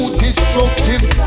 destructive